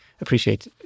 appreciate